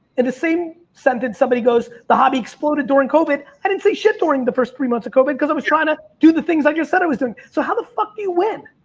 the the same sentence, somebody goes, the hobby exploded during covid. i didn't say shit during the first three months of covid cause i was trying to do the things i just said i was doing. so how the fuck do you win?